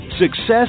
Success